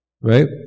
Right